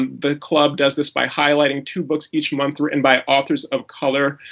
the club does this by highlighting two books each month written by authors of color.